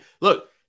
look